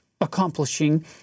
accomplishing